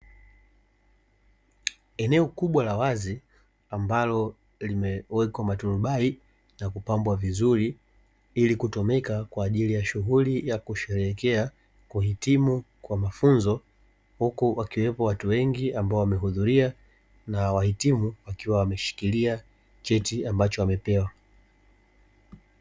Eneo kubwa la wazi ambalo limewekwa maturubali na kupambwa vizuri ili kutumika kwa ajili ya shughuli ya kusheherekea kuhitimu kwa mafunzo, huku wakiwemo watu wengi ambao wamehudhuria na wahitimu wakiwa wameshikilia cheti ambacho wamepewa.